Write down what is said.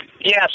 Yes